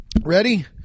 Ready